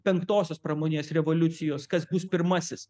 penktosios pramoninės revoliucijos kas bus pirmasis